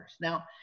now